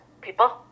people